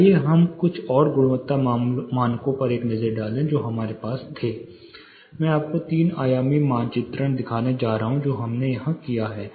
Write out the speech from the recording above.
आइए हम कुछ और गुणवत्ता मानकों पर एक नज़र डालें जो हमारे पास थे मैं आपको तीन आयामी मानचित्रण दिखाने जा रहा हूं जो हमने यहां किया है